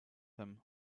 him